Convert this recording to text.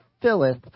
filleth